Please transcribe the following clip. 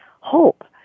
hope